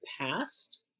past